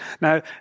Now